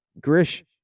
Grish